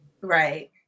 Right